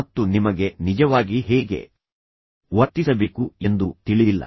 ಮತ್ತು ನಿಮಗೆ ನಿಜವಾಗಿ ಹೇಗೆ ವರ್ತಿಸಬೇಕು ಎಂದು ತಿಳಿದಿಲ್ಲ